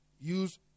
Use